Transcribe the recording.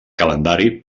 calendari